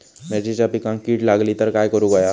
मिरचीच्या पिकांक कीड लागली तर काय करुक होया?